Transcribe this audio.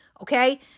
Okay